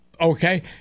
okay